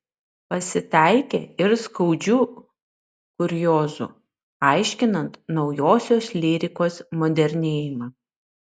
pasitaikė ir skaudžių kuriozų aiškinant naujausios lyrikos modernėjimą